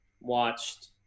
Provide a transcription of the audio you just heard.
watched